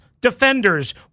defenders